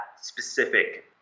specific